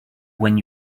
when